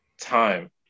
time